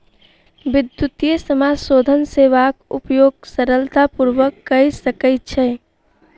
विद्युतीय समाशोधन सेवाक उपयोग सरलता पूर्वक कय सकै छै